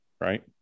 right